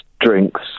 drinks